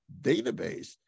database